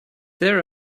there